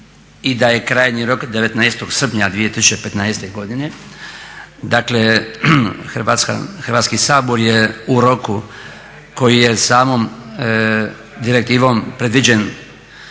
i daj krajnji rok 19. srpnja 2015. godine. Dakle, Hrvatski sabor je u roku koji je samom direktivom predviđen